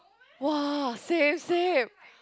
!wah! same same